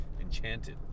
enchanted